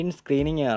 screening